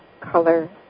color